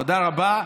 תודה רבה.